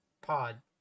pod